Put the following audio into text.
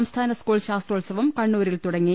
സംസ്ഥാന സ്കൂൾ ശാസ്ത്രോത്സവം കണ്ണൂരിൽ തുടങ്ങി